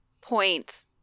point